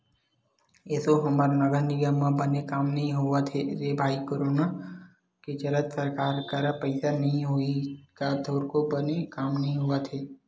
एसो हमर नगर निगम म बने काम नइ होवत हे रे भई करोनो के चलत सरकार करा पइसा नइ होही का थोरको बने काम नइ होवत हे